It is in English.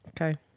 Okay